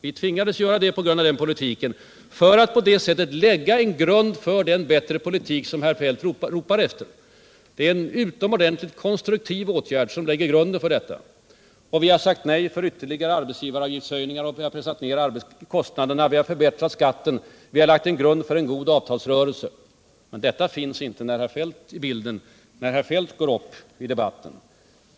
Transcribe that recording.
Vi tvingades göra nedskrivningen på grund av den politiken, för att lägga en grund för den bättre politik som herr Feldt ropar efter. Det är en utomordentligt konstruktiv åtgärd som lägger grunden för detta. Vi har sagt nej till ytterligare arbetsgivaravgiftshöjningar, vi har pressat ner kostnaderna, vi har förbättrat skatten och vi har lagt en grund för en god avtalsrörelse. Men detta finns inte med i bilden när herr Feldt går upp i debatten.